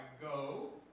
go